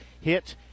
hit